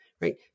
right